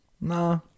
Nah